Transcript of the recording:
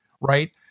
right